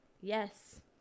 yes